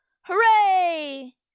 Hooray